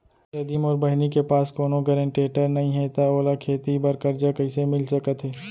यदि मोर बहिनी के पास कोनो गरेंटेटर नई हे त ओला खेती बर कर्जा कईसे मिल सकत हे?